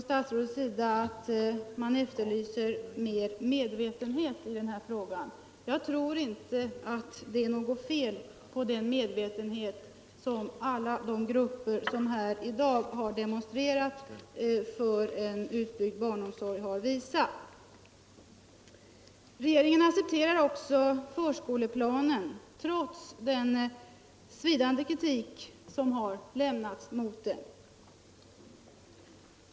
Statsrådet har också efterlyst större medvetenhet i denna fråga. Jag tror inte att det är något fel på den medvetenhet som alla de grupper visat som här i dag demonstrerat för en utbyggd barnomsorg. Regeringen accepterar också förskoleplanen, trots den svidande kritik som har riktats mot den.